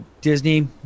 Disney